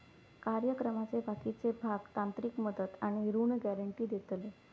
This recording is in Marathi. कार्यक्रमाचे बाकीचे भाग तांत्रिक मदत आणि ऋण गॅरेंटी देतले